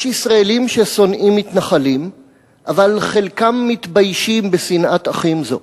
יש ישראלים ששונאים מתנחלים אבל חלקם מתביישים בשנאת אחים זו.